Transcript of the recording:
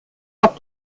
auf